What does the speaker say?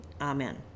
amen